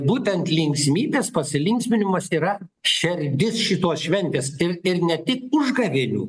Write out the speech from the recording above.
būtent linksmybės pasilinksminimas yra šerdis šitos šventės ir ir ne tik užgavėnių